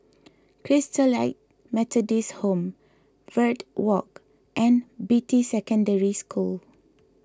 Christalite Methodist Home Verde Walk and Beatty Secondary School